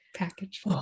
package